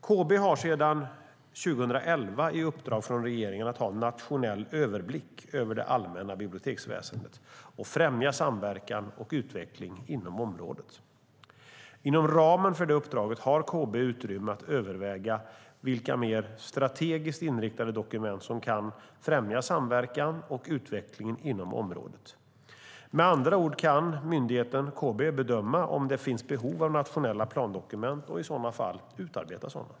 KB har sedan 2011 i uppdrag från regeringen att ha nationell överblick över det allmänna biblioteksväsendet och främja samverkan och utveckling inom området. Inom ramen för det uppdraget har KB utrymme att överväga vilka mer strategiskt inriktade dokument som kan främja samverkan och utvecklingen inom området. Med andra ord kan myndigheten, KB, bedöma om det finns behov av nationella plandokument och i så fall utarbeta sådana.